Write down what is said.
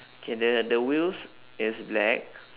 okay the the wheels is black